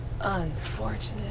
Unfortunate